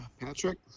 Patrick